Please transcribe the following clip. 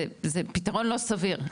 זה פתרון לא סביר,